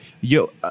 yo